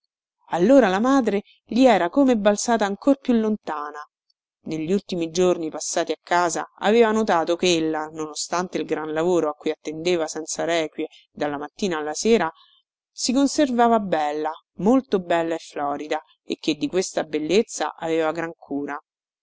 allora la madre gli era come balzata ancor più lontana negli ultimi giorni passati a casa aveva notato chella non ostante il gran lavoro a cui attendeva senza requie dalla mattina alla sera si conservava bella molto bella e florida e che di questa bellezza aveva gran cura